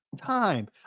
time